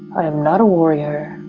i am not a warrior.